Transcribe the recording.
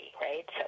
right